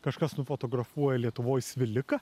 kažkas nufotografuoja lietuvoj sviliką